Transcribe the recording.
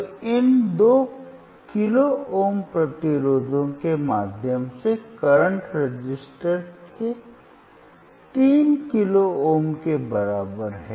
तो इन दो किलो ओम प्रतिरोधों के माध्यम से करंट रजिस्टर के तीन किलो ओम के बराबर है